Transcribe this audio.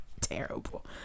Terrible